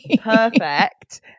Perfect